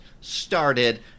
started